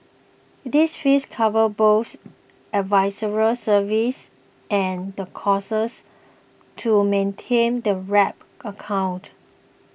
this fees cover both advisory services and the causes to maintain the wrap account